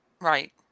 Right